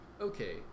okay